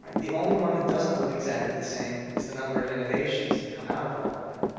like the only one that doesn't look exactly the same is the number of innovations that come out of all of that.